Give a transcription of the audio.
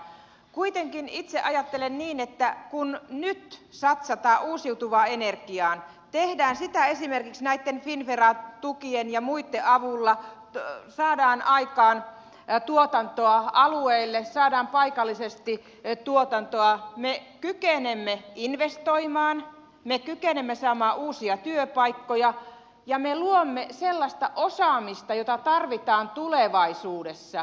kuitenkin itse ajattelen niin että kun nyt satsataan uusiutuvaan energiaan tehdään sitä esimerkiksi finnvera tukien ja muitten avulla saadaan aikaan tuotantoa alueelle saadaan paikallisesti tuotantoa me kykenemme investoimaan me kykenemme saamaan uusia työpaikkoja ja me luomme sellaista osaamista jota tarvitaan tulevaisuudessa